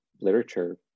literature